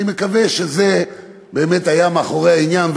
אני מקווה שזה באמת היה מאחורי העניין,